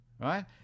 right